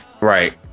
right